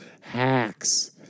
hacks